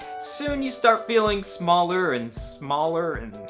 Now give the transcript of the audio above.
soon you start feeling smaller and smaller and.